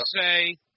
say